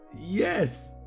Yes